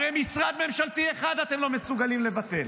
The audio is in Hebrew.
הרי משרד ממשלתי אחד אתם לא מסוגלים לבטל.